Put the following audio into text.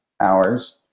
hours